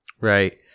right